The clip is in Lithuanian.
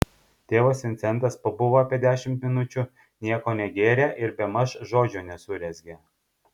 tėvas vincentas pabuvo apie dešimt minučių nieko negėrė ir bemaž žodžio nesurezgė